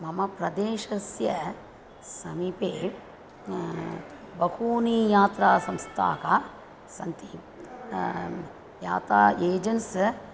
मम प्रदेशस्य समीपे बहूनि यात्रासंस्थाः सन्ति यात्रा एजेण्टस्